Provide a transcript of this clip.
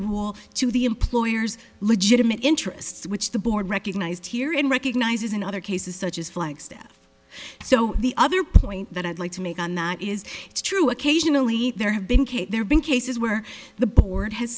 wall to the employer's legitimate interests which the board recognized here in recognizes in other cases such as flagstaff so the other point that i'd like to make on that is it's true occasionally there have been k there been cases where the board has